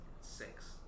six